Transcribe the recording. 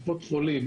בקופות חולים,